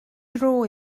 dro